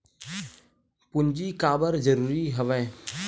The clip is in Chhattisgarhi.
पूंजी काबर जरूरी हवय?